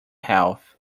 health